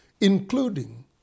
including